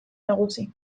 nagusi